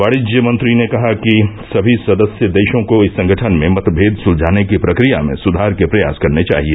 वाणिज्य मंत्री ने कहा कि सभी सदस्य देशों को इस संगठन में मतभेद सुलझाने की प्रक्रिया में सुधार के प्रयास करने चाहिए